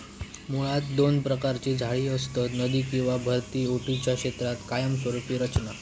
मुळात दोन प्रकारची जाळी असतत, नदी किंवा भरती ओहोटीच्या क्षेत्रात कायमस्वरूपी रचना